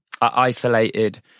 isolated